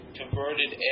converted